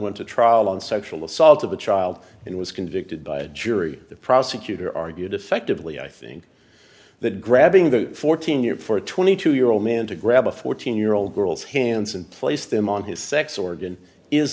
went to trial on sexual assault of a child and was convicted by a jury the prosecutor argued effectively i think that grabbing the fourteen year for a twenty two year old man to grab a fourteen year old girl's hands and place them on his sex organ is